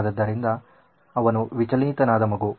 ಆದ್ದರಿಂದ ಅವನು ವಿಚಲಿತನಾದ ಮಗು